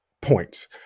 points